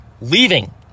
Leaving